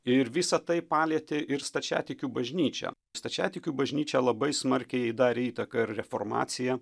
ir visa tai palietė ir stačiatikių bažnyčią stačiatikių bažnyčia labai smarkiai darė įtaką ir reformacija